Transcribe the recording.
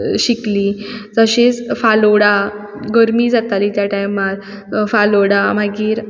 शिकलीं तशेंच फालोडो गरमी जाताली त्या टायमार फालोडा मागीर